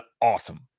awesome